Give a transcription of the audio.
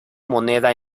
moneda